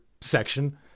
section